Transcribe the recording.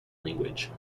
language